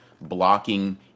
blocking